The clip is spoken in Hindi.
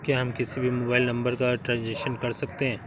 क्या हम किसी भी मोबाइल नंबर का ट्रांजेक्शन कर सकते हैं?